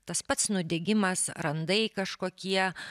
tas pats nudegimas randai kažkokie